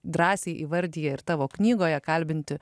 drąsiai įvardija ir tavo knygoje kalbinti